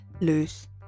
loose